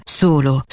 solo